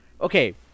okay